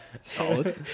Solid